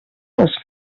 les